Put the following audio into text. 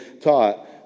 taught